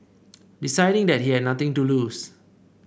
deciding that he had nothing to lose